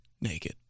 naked